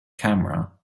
camera